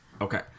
Okay